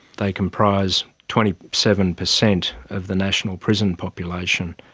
they comprise twenty seven percent of the national prison population.